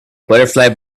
butterfly